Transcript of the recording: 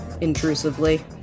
intrusively